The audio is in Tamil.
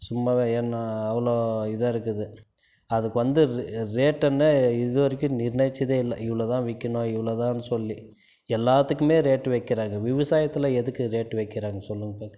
சும்மாவே ஏன்னால் அவ்வளோ இதாக இருக்குது அதுக்கு வந்து ரேட்டுனே இது வரைக்கும் நிர்ணயித்ததே இல்லை இவ்வளோ தான் விற்கணும் இவ்வளோ தான்னு சொல்லி எல்லாத்துக்குமே ரேட் வைக்கிறாங்க விவசாயத்தில் எதுக்கு ரேட் வைக்கிறாங்க சொல்லுங்கள் பா